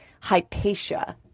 Hypatia